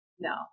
No